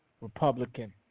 Republican